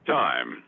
time